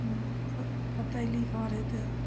हुँ बतैली घर हेतै